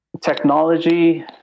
technology